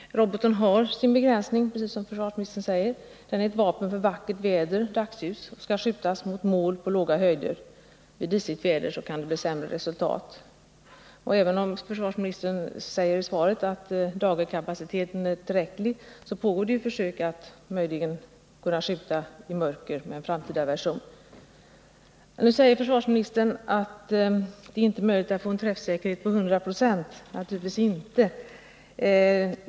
Roboten har, alldeles som försvarsministern sade, sin begränsning. Den är ett vapen för vackert väder och dagsljus, och den skall avskjutas mot mål på låga höjder. Vid disigt väder kan det bli sämre resultat. Även om försvarsministern i svaret säger att dagerkapaciteten är tillräcklig, pågår det försök för att få fram en version som möjligen kan skjuta i mörker. Försvarsministern sade att det inte är möjligt att få en 100-procentig träffsäkerhet, naturligtvis inte.